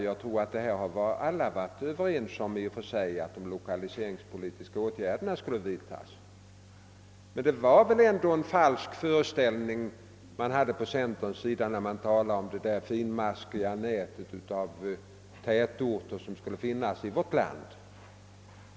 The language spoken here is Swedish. Jag tror att alla i och för sig väl har varit överens om att de lokaliseringspolitiska åtgärder som vidtagits verkligen skulle vidtas, men nog var det väl ändå en falsk föreställning ni hade i centerpartiet, när ni talade om det finmaskiga nät av tätorter som skulle finnas i vårt land.